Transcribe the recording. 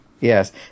Yes